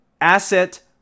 asset